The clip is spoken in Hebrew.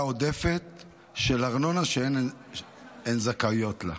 עודפת של ארנונה שאין הן זכאיות לה.